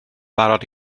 barod